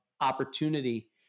opportunity